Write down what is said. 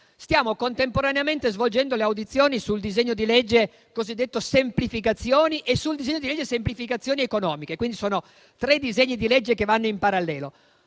Stiamo contemporaneamente svolgendo le audizioni sul disegno di legge cosiddetto semplificazioni e sul disegno di legge semplificazioni economiche, e quindi sono tre disegni di legge che vanno in parallelo.